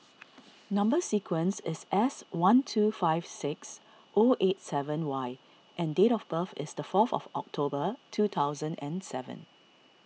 Number Sequence is S one two five six O eight seven Y and date of birth is the fourth of October two thousand and seven